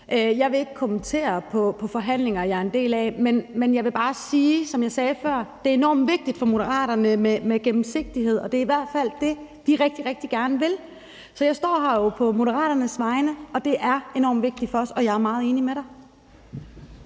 Jeg vil ikke kommentere på forhandlinger, jeg er en del af, men jeg vil bare sige, som jeg sagde før, at det er enormt vigtigt for Moderaterne med gennemsigtighed, og det er i hvert fald det, vi rigtig, rigtig gerne vil. Så jeg står her jo på Moderaternes vegne, og det her er enormt vigtigt for os, og jeg er meget enig med dig.